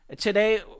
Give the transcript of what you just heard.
Today